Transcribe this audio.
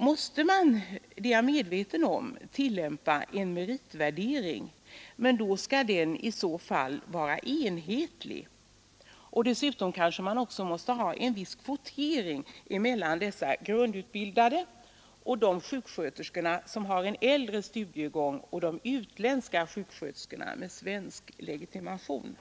måste man — det är jag medveten om — tillämpa en meritvärdering. Men den skall i så fall vara enhetlig. Dessutom kanske man också måste ha en viss kvotering mellan de grundutbildade och de sjuksköterskor som utbildats enligt den äldre studiegången och de utländska sjuksköterskorna med svensk legitimation.